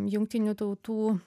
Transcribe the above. jungtinių tautų